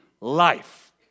life